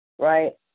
Right